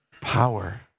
power